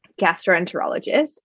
gastroenterologist